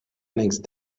next